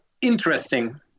interesting